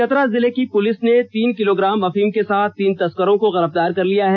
चतरा जिले की पुलिस ने तीन किलोग्राम अफीम के साथ तीन तस्करों को गिरफ़तार किया है